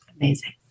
Amazing